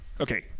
Okay